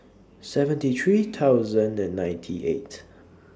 seventy three thousand and ninety eight